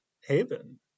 haven